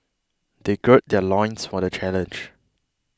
they gird their loins for the challenge